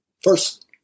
first